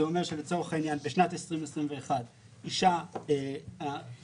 זה אומר שלצורך העניין בשנת 2021 אישה קיבלה